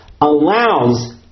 allows